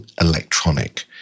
electronic